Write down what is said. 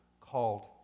called